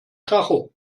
tacho